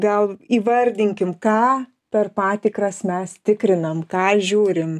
gal įvardinkim ką per patikras mes tikrinam ką žiūrim